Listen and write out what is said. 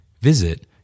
Visit